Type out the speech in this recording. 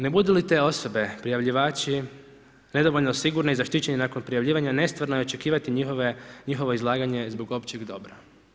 Ne budu li te osobe, prijavljivači, nedovoljno sigurni i zaštićeni nakon prijavljivanja, nestvarno je očekivati njihovo izlaganje zbog općeg dobra.